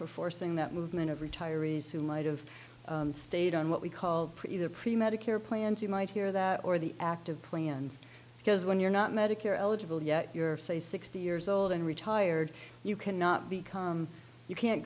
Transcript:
for forcing that movement of retirees who light of state on what we call pretty the premed a care plans you might hear that or the active plans because when you're not medicare eligible yet you're say sixty years old and retired you cannot become you can't